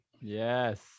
Yes